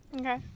Okay